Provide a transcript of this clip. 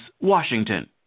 Washington